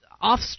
off